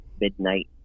midnight